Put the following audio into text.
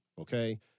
okay